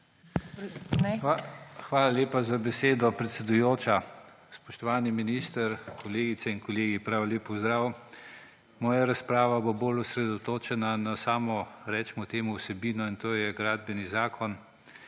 Hvala lepa za besedo, predsedujoča. Spoštovani minister, kolegice in kolegi, prav lep pozdrav! Moja razprava bo bolj osredotočena na samo, recimo temu, vsebino, in to je Gradbeni zakon